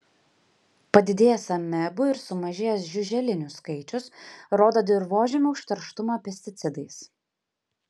padidėjęs amebų ir sumažėjęs žiuželinių skaičius rodo dirvožemio užterštumą pesticidais